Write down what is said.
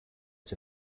its